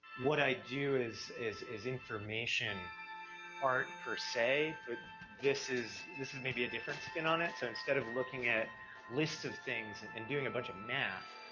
what i do is, is, is information art, per se, but this is, this is maybe a different spin on it. so instead of looking at lists of things and doing a bunch of math,